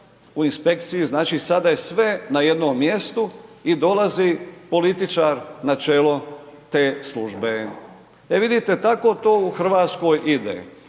u inspekciji znači sada je sve na jednom mjestu i dolazi političar na čelo te službe. E vidite tako to u Hrvatskoj ide.